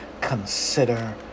consider